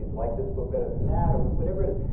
liked this book better than that, or whatever it is,